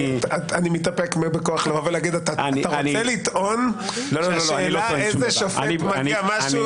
אתה רוצה לטעון שהשאלה איזה שופט --- משהו,